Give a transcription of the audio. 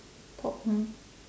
pop ah